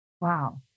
Wow